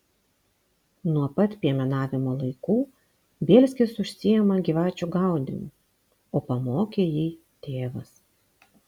nuo pat piemenavimo laikų bielskis užsiima gyvačių gaudymu o pamokė jį tėvas